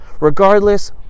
Regardless